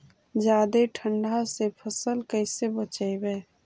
जादे ठंडा से फसल कैसे बचइबै?